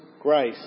Grace